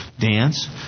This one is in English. dance